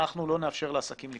שאנחנו לא נאפשר לעסקים לקרוס.